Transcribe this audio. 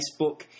Facebook